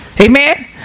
Amen